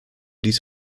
dies